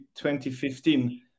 2015